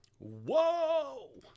Whoa